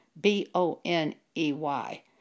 B-O-N-E-Y